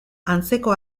antzeko